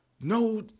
no